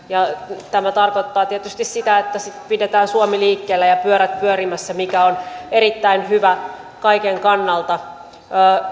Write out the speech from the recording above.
tämä tarkoittaa tietysti sitä että pidetään suomi liikkeellä ja pyörät pyörimässä mikä on erittäin hyvä kaiken kannalta